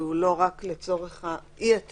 שהוא לא רק לצורך אי-ההתאמה,